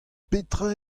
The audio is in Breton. petra